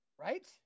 Right